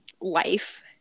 life